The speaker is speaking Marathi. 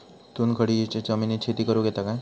चुनखडीयेच्या जमिनीत शेती करुक येता काय?